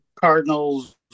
Cardinals